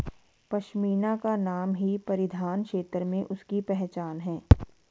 पशमीना का नाम ही परिधान क्षेत्र में उसकी पहचान है